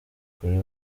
kuri